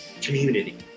community